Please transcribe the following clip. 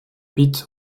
pete